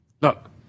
look